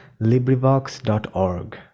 LibriVox.org